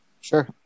Sure